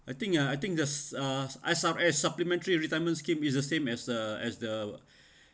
I think ah I think the s~ uh I supp~ eh supplementary retirement scheme is the same as the as the